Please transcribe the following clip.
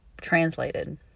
translated